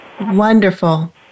Wonderful